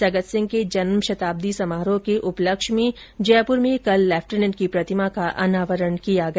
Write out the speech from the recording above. सगत सिंह के जन्म शताब्दी समारोह के उपलक्ष्य में जयपुर में कल लेफ्टिनेंट की प्रतिमा का अनावरण किया गया